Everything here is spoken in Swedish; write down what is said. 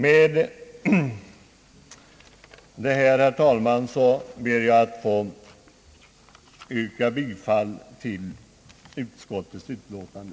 Med detta, herr talman, ber jag att få yrka bifall till utskottets utlåtande.